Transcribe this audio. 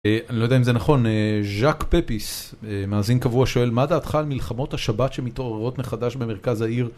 אני לא יודע אם זה נכון, ז'אק פפיס, מאזין קבוע, שואל, מה דעתך על מלחמות השבת שמתעוררות מחדש במרכז העיר?